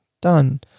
Done